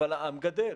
אבל העם גדל.